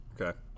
Okay